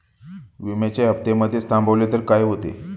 विम्याचे हफ्ते मधेच थांबवले तर काय होते?